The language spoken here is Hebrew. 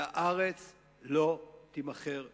והארץ לא תימכר לצמיתות.